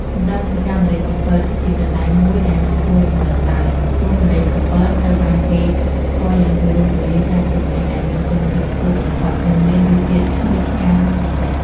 សម្រាប់ចម្ការម្រេចកំពត គឺជាកន្លែងមួយដែលមិនគួររំលងឡើយ ព្រោះម្រេចកំពតត្រូវបានគេស្គាល់យ៉ាងទូលំទូលាយថាជាម្រេចដែលមានគុណភាពខ្ពស់បំផុត និងមានរសជាតិឈ្ងុយឆ្ងាញ់ពិសេស។